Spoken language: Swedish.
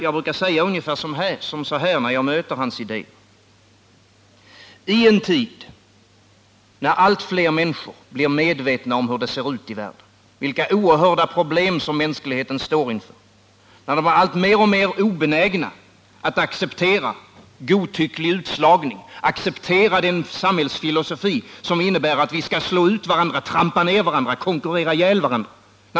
Jag brukar säga ungefär så här, när jag möter hans ideér: Vi lever i en tid, när allt fler människor blir medvetna om hur det ser ut i världen, vilka oerhörda problem mänskligheten står inför. Människorna är alltmer obenägna att acceptera godtycklig utslagning, obenägna att acceptera den samhällsfilosofi som innebär att vi skall slå ut varandra, trampa ner varandra och konkurrera ihjäl varandra.